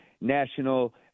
national